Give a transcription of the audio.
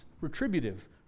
retributive